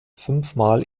fünfmal